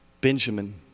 Benjamin